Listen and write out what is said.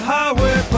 Highway